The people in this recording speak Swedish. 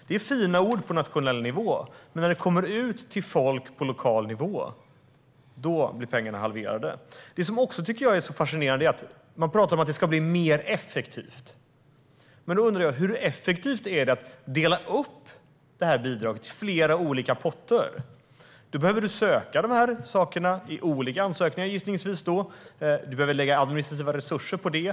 Det är fina ord på nationell nivå. Men när det kommer ut till folk på lokal nivå halveras pengarna. Det är också fascinerande att det talas om att det ska bli mer effektivt. Men hur effektivt är det att dela upp bidraget i flera olika potter? Då behöver man söka de här sakerna, gissningsvis i olika ansökningar. Det behövs administrativa resurser för det.